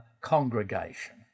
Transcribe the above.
congregation